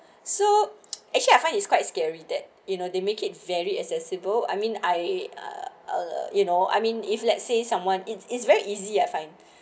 so actually I find it's quite scary that you know they make it very accessible I mean I uh uh you know I mean if let's say someone it's it's very easy I find